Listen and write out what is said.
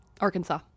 Arkansas